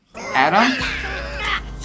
Adam